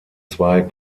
zwei